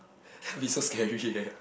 that will be so scary eh